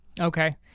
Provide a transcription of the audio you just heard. okay